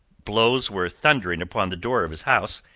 blows were thundering upon the door of his house,